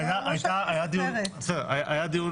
היה דיון